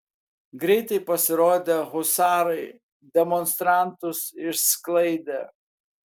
greitai pasirodę husarai demonstrantus išsklaidė